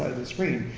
screen